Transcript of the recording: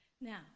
Now